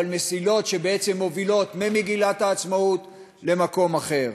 אבל מסילות שבעצם מובילות ממגילת העצמאות למקום אחר.